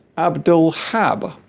abdul haba